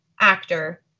actor